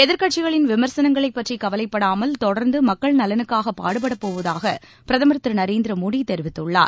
எதிர்க்கட்சிகளின் விமர்சனங்களைப் பற்றி கவலைப்படாமல் தொடர்ந்து மக்கள் நலனுக்காக பாடுபடப் போவதாக பிரதமர் திரு நரேந்திர மோடி தெரிவித்துள்ளார்